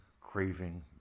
craving